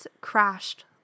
crashed